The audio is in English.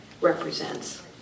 represents